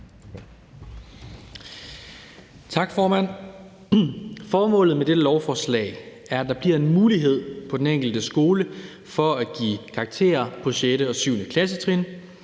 Tak, formand. Formålet med dette lovforslag er, at der bliver en mulighed på den enkelte skole for at give karakterer på 6. og 7. klassetrin,